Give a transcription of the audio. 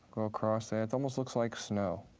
go across that, it almost looks like snow.